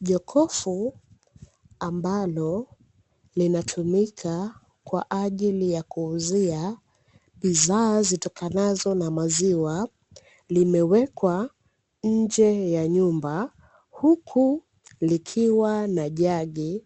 Jokofu ambalo linatumika kwaajili ya kuuzia bidhaa zitokanazo na maziwa, limewekwa nje ya nyumba huku likiwa na jagi